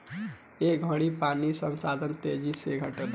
ए घड़ी पानी के संसाधन तेजी से घटता